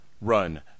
run